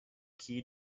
key